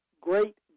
great